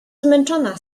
zmęczona